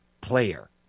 player